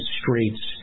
streets